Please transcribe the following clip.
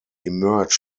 emerged